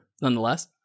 nonetheless